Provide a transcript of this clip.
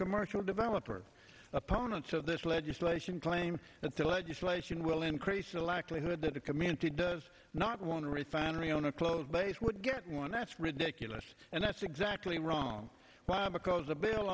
commercial developer opponents of this legislation claim that the legislation will increase the likelihood that the community does not want a refinery on a closed base would get one that's ridiculous and that's exactly wrong because